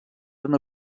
una